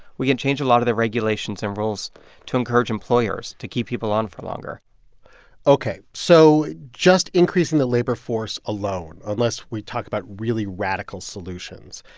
we could change a lot of the regulations and rules to encourage employers to keep people on for longer ok, so just increasing the labor force alone, unless we talk about really radical solutions,